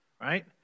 right